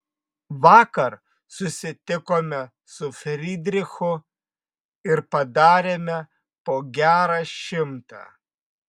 vakar susitikome su fridrichu ir padarėme po gerą šimtą